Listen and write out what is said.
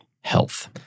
health